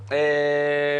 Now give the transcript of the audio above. הבריאות,